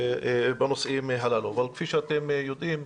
אבל כפי שאתם יודעים,